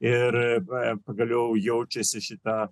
ir pagaliau jaučiasi šitą